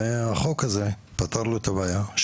והחוק הזה פתר לו את הבעיה,